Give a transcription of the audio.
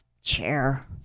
chair